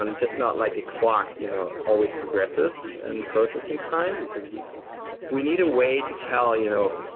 and just not like a clock you know always progresses and processing time, because we we need a way to tell you know